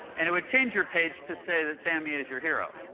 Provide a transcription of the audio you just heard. and it would change your page to say that samy is your hero.